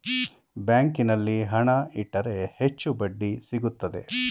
ಬ್ಯಾಂಕಿನಲ್ಲಿ ಹಣ ಇಟ್ಟರೆ ಹೆಚ್ಚು ಬಡ್ಡಿ ಸಿಗುತ್ತದೆ